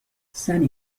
زنی